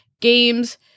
games